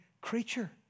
creature